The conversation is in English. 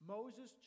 Moses